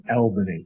Albany